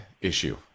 issue